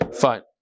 fine